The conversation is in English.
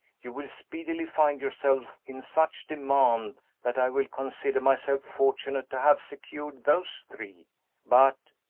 you will speedily find yourself in such demand that i will consider myself fortunate to have secured those three but,